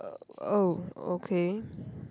uh oh okay